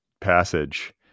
passage